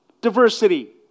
Diversity